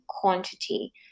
quantity